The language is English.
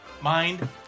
Mind